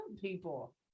people